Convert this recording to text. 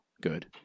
good